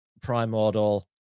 primordial